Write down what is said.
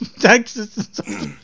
Texas